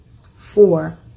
Four